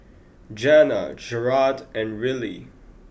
Janna Jarrad and Rillie